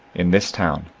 in this town.